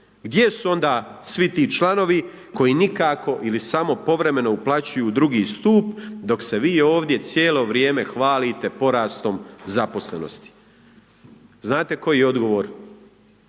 Gdje su onda svi ti članovi koji nikako ili samo povremeno uplaćuju u drugi stup dok se vi ovdje cijelo vrijeme hvalite porastom zaposlenosti. Znate koji je odgovor?